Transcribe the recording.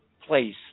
place